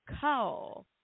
call